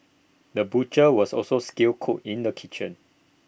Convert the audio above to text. the butcher was also skilled cook in the kitchen